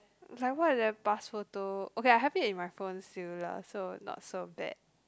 like what are the past photo okay I have it in my phone still lah so not so bad